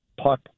puck